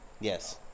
Yes